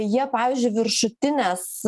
jie pavyzdžiui viršutines